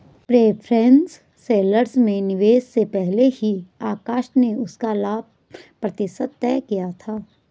preference shares में निवेश से पहले ही आकाश ने उसका लाभ प्रतिशत तय किया था